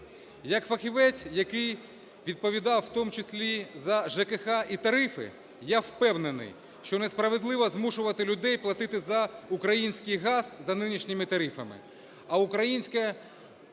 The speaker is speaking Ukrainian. Як фахівець, який відповідав в тому числі за ЖКГ і тарифи, я впевнений, що несправедливо змушувати людей платити за український газ за нинішніми тарифами.